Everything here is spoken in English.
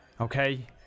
Okay